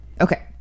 okay